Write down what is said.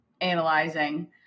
analyzing